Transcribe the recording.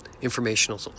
informational